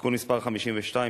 (תיקון מס' 52)